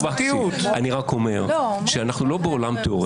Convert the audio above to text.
אני רק אומר שאנחנו לא בעולם תיאורטי.